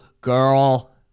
girl